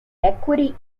equity